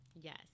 Yes